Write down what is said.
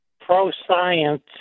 pro-science